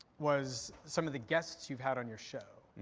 was some of the guests you've had on your show.